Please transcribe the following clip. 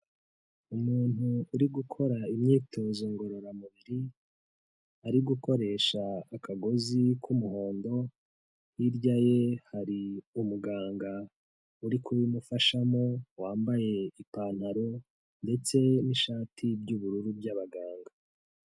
Umuntu uri gukora imyitozo ngororamubiri, ari gukoresha akagozi k'umuhondo, hirya ye hari umuganga uri kubimufashamo, wambaye ipantaro ndetse n'ishati by'ubururu by'abaganga.